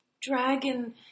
dragon